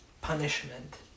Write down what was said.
punishment